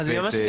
אני אגע